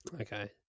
Okay